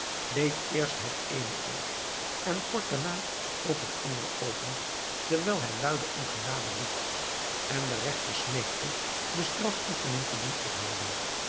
deed eerst het eene oog en kort daarna ook het andere open terwijl hij luide om genade riep en den regter smeekte de strafoefening te doen ophouden